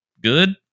good